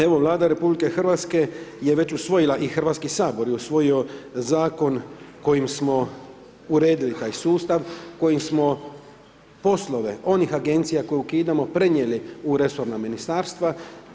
Evo Vlada RH, je već usvojila i Hrvatski sabor je usvojio zakon koji smo uredili taj sustav, koji smo poslove, onih agencija koje ukidamo, prenijeli u resorna ministarstava.